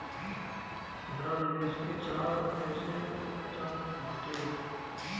खुदरा निवेश के चार तरह से कईल जात बाटे